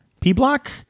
P-block